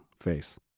face